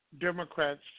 Democrats